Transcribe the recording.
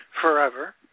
forever